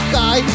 guy